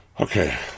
Okay